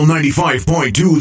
95.2